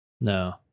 No